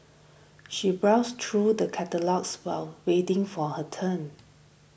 she browsed through the catalogues while waiting for her turn